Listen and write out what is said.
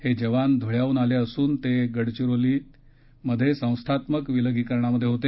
हे जवान धुळ्याहून आले असून ते गडचिरोलीत संस्थात्मक विलगीकरणात होते